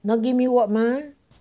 no give me work mah